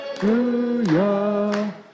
hallelujah